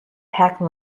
packed